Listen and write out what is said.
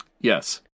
Yes